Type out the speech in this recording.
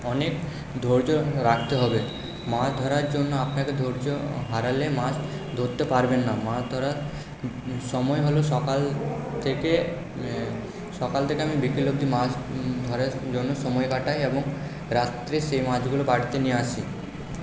অনেক ধৈর্য্য রাখতে হবে মাছ ধরার জন্য আপনাকে ধৈর্য্য হারালে মাছ ধরতে পারবেন না মাছ ধরার সময় হলো সকাল থেকে সকাল থেকে আমি বিকেল অব্দি মাছ ধরার জন্য সময় কাটাই এবং রাত্রে সেই মাছগুলো বাড়িতে নিয়ে আসি